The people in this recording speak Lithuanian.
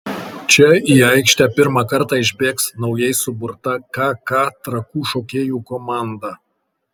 čia į aikštę pirmą kartą išbėgs naujai suburta kk trakų šokėjų komanda